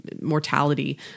mortality